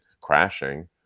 crashing